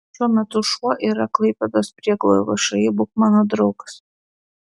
šiuo metu šuo yra klaipėdos prieglaudoje všį būk mano draugas